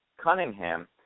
Cunningham